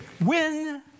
win